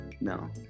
No